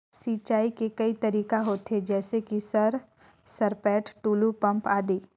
सिंचाई के कई तरीका होथे? जैसे कि सर सरपैट, टुलु पंप, आदि?